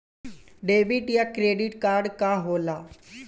Debit या credit card का होला?